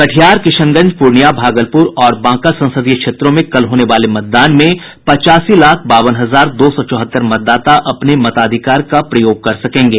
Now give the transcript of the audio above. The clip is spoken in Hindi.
कटिहार किशनगंज पूर्णिया भागलपुर और बांका संसदीय क्षेत्रों में कल होने वाले मतदान में पचासी लाख बावन हजार दो सौ चौहत्तर मतदाता अपने मताधिकार का प्रयोग कर सकेंगे